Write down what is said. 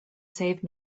save